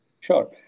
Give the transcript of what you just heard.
Sure